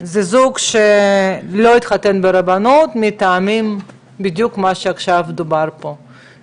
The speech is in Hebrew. זוג שלא התחתן ברבנות מהטעמים שבדיוק עכשיו דוברו פה,